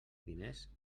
diners